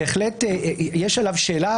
בהחלט יש עליו שאלה,